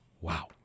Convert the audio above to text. Wow